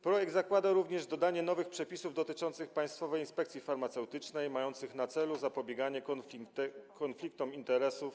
Projekt zakłada również dodanie nowych przepisów dotyczących Państwowej Inspekcji Farmaceutycznej, mających na celu zapobieganie konfliktom interesów.